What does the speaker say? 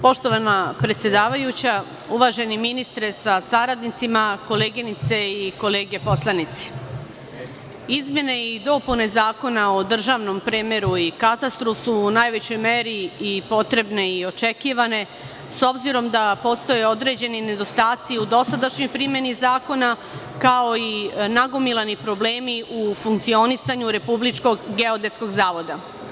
Poštovana predsedavajuća, uvaženi ministre sa saradnicima, koleginice i kolege poslanici, izmene i dopune Zakona o državnom premeru i katastru su u najvećoj meri i potrebne i očekivane, s obzirom da postoje određeni nedostaci u dosadašnjoj primeni zakona, kao i nagomilani problemi u funkcionisanju Republičkog geodetskog zavoda.